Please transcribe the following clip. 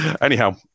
Anyhow